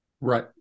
Right